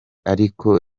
ariko